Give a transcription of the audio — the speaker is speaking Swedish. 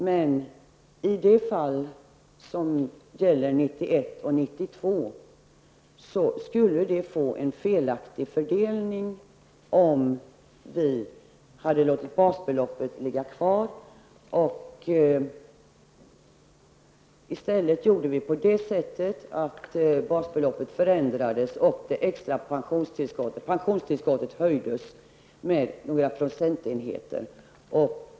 Men när det gäller 1991 och 1992 skulle det innebära en felaktig fördelning om vi hade låtit basbeloppet ligga kvar. I stället gjorde vi på så sätt, att basbeloppet förändrades och pensionstillskottet höjdes med några procentenheter.